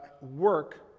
work